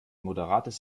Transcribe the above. moderates